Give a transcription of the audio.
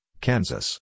Kansas